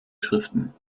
schriften